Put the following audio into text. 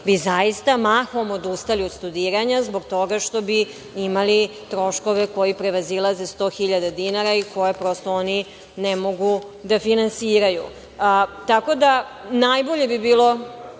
bi zaista mahom odustali zbog studiranja, zbog toga što bi imali troškove koji prevazilaze 100.000 dinara i koje prosto oni ne mogu da finansiraju. Najbolje bi bilo